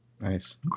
Nice